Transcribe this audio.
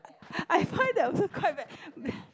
I find that I also quite bad